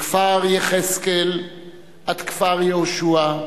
מכפר-יחזקאל עד כפר-יהושע,